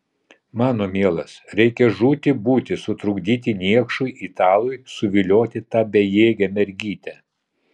mano mielas reikia žūti būti sutrukdyti niekšui italui suvilioti tą bejėgę mergytę